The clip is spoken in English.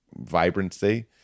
vibrancy